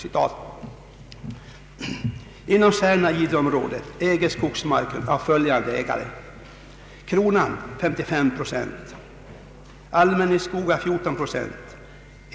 Inom Särna—lIdre-området äger kronan 55 procent av skogsmarken, enskilda 10 procent och bolag 21 procent.